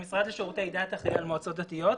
המשרד לשירותי דת אחראי על מועצות דתיות.